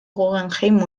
guggenheim